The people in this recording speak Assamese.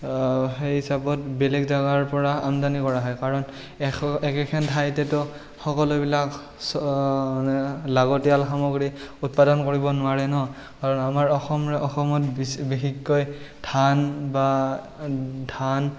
সেই হিচাপত বেলেগ জেগাৰপৰা আমদানী কৰা হয় কাৰণ একেখন ঠাইতেতো সকলোবিলাক লাগতীয়াল সামগ্ৰী উৎপাদন কৰিব নোৱাৰে ন' আৰু আমাৰ অসমত বিশেষকৈ ধান বা ধান